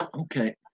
Okay